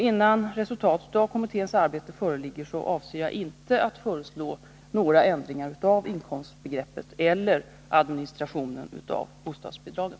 Innan resultatet av kommitténs arbete föreligger avser jag inte att föreslå några ändringar av inkomstbegreppet eller administrationen av bostadsbidragen.